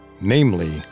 namely